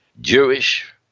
Jewish